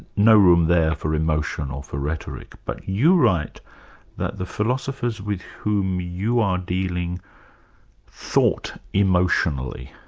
no room there for emotion or for rhetoric, but you write that the philosophers with whom you are dealing thought emotionally.